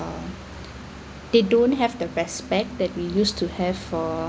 they don't have the respect that we used to have for